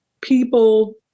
people